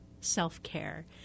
self-care